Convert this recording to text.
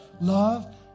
love